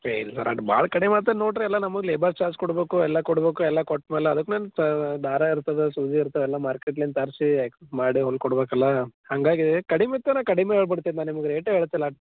ಏ ಇಲ್ಲ ಸರ್ ಅದು ಭಾಳ ಕಡಿಮೆ ಆಗ್ತದ್ ನೋಡಿರಿ ಎಲ್ಲ ನಮ್ಗೆ ಲೇಬರ್ ಚಾರ್ಜ್ ಕೊಡಬೇಕು ಎಲ್ಲ ಕೊಡಬೇಕು ಎಲ್ಲ ಕೊಟ್ಮೇಲೆ ಅದಕ್ಕೇಂತ ದಾರ ಇರ್ತದೆ ಸೂಜಿ ಇರ್ತವೆ ಅವೆಲ್ಲ ಮಾರ್ಕೆಟ್ಟಿಂದ್ ತರಿಸಿ ಮಾಡಿ ಹೊಲ್ಕೊಡಬೇಕಲ್ಲ ಹಾಗಾಗಿ ಕಡಿಮೆ ಇತ್ತಂದ್ರ ಕಡಿಮೆ ಹೇಳ್ಬಿಡ್ತಿನಿ ನಾನು ನಿಮಗೆ ರೇಟೇ ಹೇಳ್ತಿಲ್ಲ